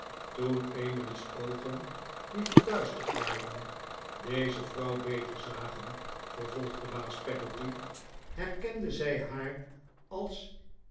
toen emily's oogen die verduisterd waren deze vrouw beter zagen vervolgde baas peggotty herkende zij haar als